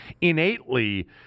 innately